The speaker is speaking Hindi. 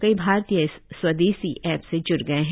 कई भारतीय इस स्वदेशी ऐप से ज्ड़ गए हैं